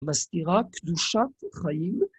מסקירה, קדושה, חיים.